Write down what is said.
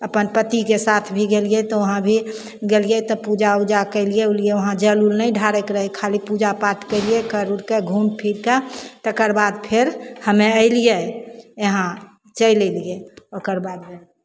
अपन पतिके साथ भी गेलियै तऽ वहाँ भी गेलियै तऽ पूजा उजा केलियै उलियै वहाँ जल उल नहि ढारयके रहय खाली पूजा पाठ केलियै करि उरि कऽ घूमि फिरि कऽ तकर बाद फेर हमे अयलियै यहाँ चलि अयलियै ओकर बाद